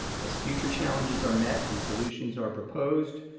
as future challenges are met and solutions are proposed,